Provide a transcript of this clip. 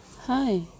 Hi